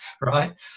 Right